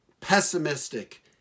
pessimistic